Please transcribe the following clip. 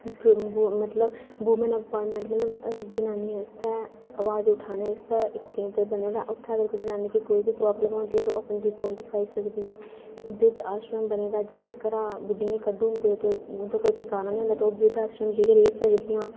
मतलब woman appointment मतलब जनानियें आस्तै आवाज उठाने आस्तै इक केन्द्र बने दा उत्थै जनानी दी कोई बी प्राब्लम होंदी ऐ तां ओह् अपनी रिपोर्ट लखोआई सकदी ऐ इक वृद्ध आश्रम बने दा जि'यां घरा बुड्ढियें गी कड्ढी ओड़दे ते उं'दा कोई ठिकाना निं होंदा ओह् वृद्ध आश्रम जाइयै रेही सकदियां